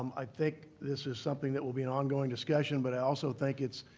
i think this is something that will be an ongoing discussion. but i also think it's,